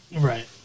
Right